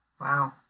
Wow